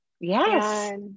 Yes